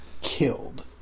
killed